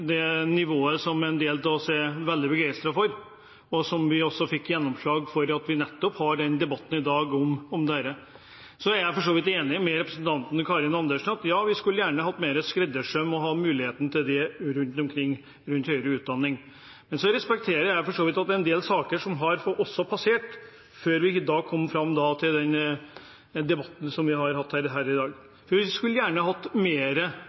det nivået som en del av oss er veldig begeistret for, som vi også fikk gjennomslag for, og som vi nettopp har debatten om i dag. Jeg er for så vidt enig med representanten Karin Andersen i at vi gjerne skulle hatt mulighet til mer skreddersøm innen høyere utdanning rundt omkring. Men jeg respekterer for så vidt at det også er en del saker som har passert, før vi kom fram til den debatten som vi har hatt her i dag. Vi skulle gjerne hatt